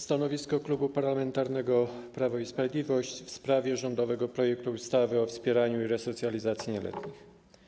Stanowisko Klubu Parlamentarnego Prawo i Sprawiedliwość w sprawie rządowego projektu ustawy o wspieraniu i resocjalizacji nieletnich.